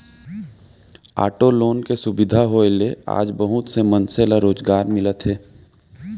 auto loan के सुबिधा होए ले आज बहुत से मनसे ल रोजगार मिलत हे